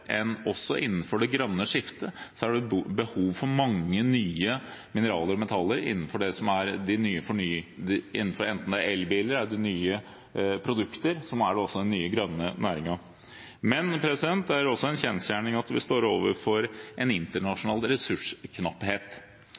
en ikke-fornybar ressurs. Internasjonalt er det riktig at vi – også innenfor det grønne skiftet – har behov for mange nye mineraler og metaller i forbindelse med nye produkter, som el-biler, som også er den nye grønne næringen. Men det er også en kjensgjerning at vi står overfor en internasjonal ressursknapphet